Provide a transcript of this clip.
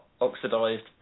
oxidized